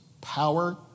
power